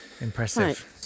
Impressive